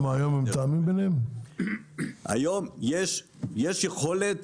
היום יש יכולת